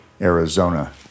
Arizona